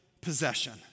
possession